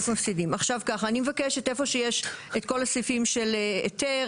איפה שיש את כל הסעיפים של היתר,